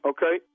Okay